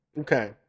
Okay